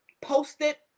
post-it